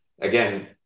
again